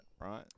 right